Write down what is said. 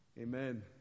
Amen